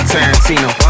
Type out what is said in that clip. Tarantino